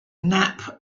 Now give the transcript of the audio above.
knapp